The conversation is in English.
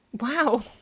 wow